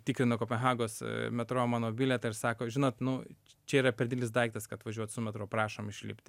tikrino kopenhagos metro mano bilietą ir sako žinot nu čia yra per didelis daiktas kad važiuot su metro prašom išlipti